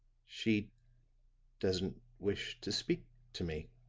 she doesn't wish to speak to me.